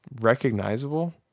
recognizable